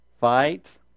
Fight